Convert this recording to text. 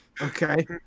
Okay